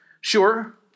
Sure